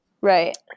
right